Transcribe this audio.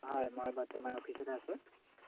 হয় মই বৰ্তমান অফিচতে আছোঁ